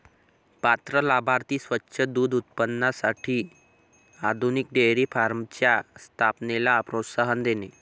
पात्र लाभार्थी स्वच्छ दूध उत्पादनासाठी आधुनिक डेअरी फार्मच्या स्थापनेला प्रोत्साहन देणे